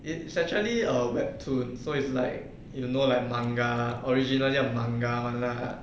it it's actually a webtoon so it's like you know like manga originally of manga [one] lah